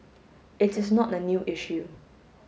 it is not a new issue